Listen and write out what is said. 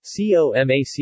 COMAC